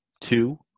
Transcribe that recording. two